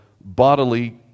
Bodily